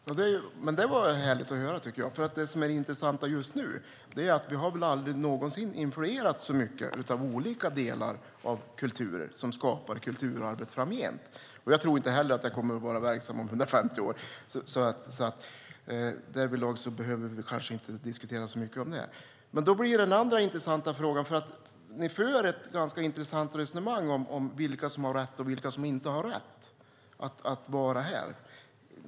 Herr talman! Det var härligt att höra, tycker jag, för det som är det intressanta just nu är att vi väl aldrig någonsin har influerats så mycket av olika kulturer som skapar kulturarvet framgent. Jag tror inte heller att jag kommer att vara verksam om 150 år, så det behöver vi inte diskutera. Ni för ett ganska intressant resonemang om vilka som har rätt och vilka som inte har rätt att vara här.